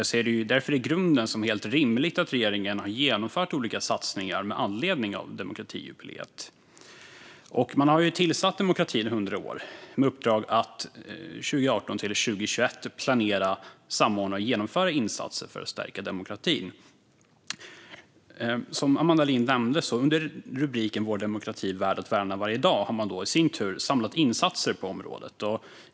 Jag ser det därför i grunden som helt rimligt att regeringen har genomfört olika satsningar med anledning av demokratijubileet. Man har tillsatt kommittén Demokratin 100 år med uppdrag att 2018-2021 planera, samordna och genomföra insatser för att stärka demokratin. Som Amanda Lind nämnde har man under rubriken Vår demokrati - värd att värna varje dag samlat insatser på området.